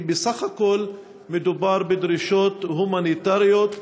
כי בסך הכול מדובר בדרישות הומניטריות,